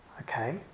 okay